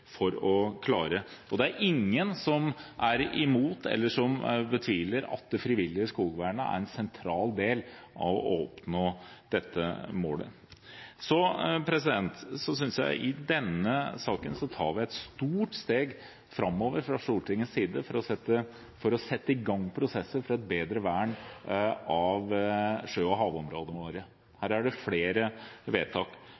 for å klare det. Det er ingen som er imot, eller betviler, at det frivillige skogvernet er en sentral del av å oppnå dette målet. Så synes jeg vi i denne saken tar et stort steg framover fra Stortingets side for å sette i gang prosesser for et bedre vern av sjø- og havområdene våre.